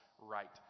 right